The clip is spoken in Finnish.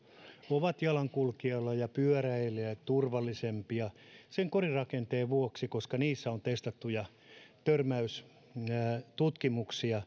ovat jalankulkijalle ja pyöräilijälle turvallisempia korirakenteensa vuoksi koska niissä on testattuja törmäystutkimuksia